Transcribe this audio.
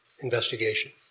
investigation